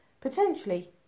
Potentially